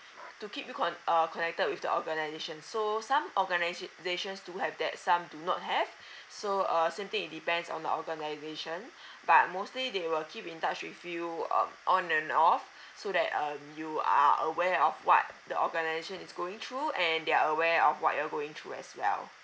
to keep you con~ uh connected with the organization so some organizations do have that some do not have so uh same thing it depends on your organization but mostly they will keep in touch with you um on and off so that um you are aware of what the organization is going through and they're aware of what you're going through as well